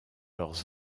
leurs